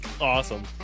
awesome